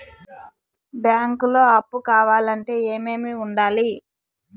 బ్యాంకులో అప్పు కావాలంటే ఏమేమి ఉండాలి?